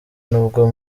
n’ubwo